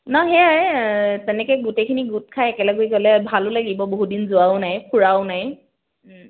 নহ্ সেয়াই তেনেকৈ গোটেইখিনি গোট খাই একেলগ গ'লে ভালো লাগিব বহুতদিন যোৱাও নাই ফুৰাও নাই